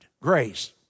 Grace